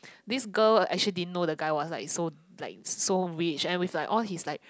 this girl actually didn't know the guy was like so like so rich and which like all his like